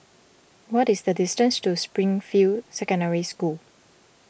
what is the distance to Springfield Secondary School